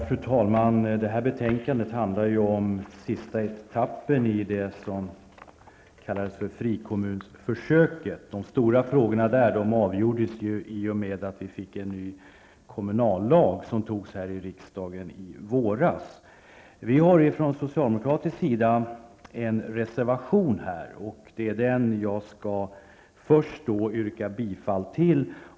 Fru talman! Det här betänkandet handlar om sista etappen i det som kallades frikommunförsöket. De stora frågorna där avgjordes i och med att vi fick en ny kommunallag som antogs här i riksdagen i våras. Socialdemokraterna har en reservation här, och den skall jag först yrka bifall till.